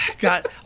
God